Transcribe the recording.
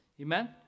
Amen